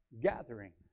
gathering